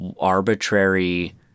arbitrary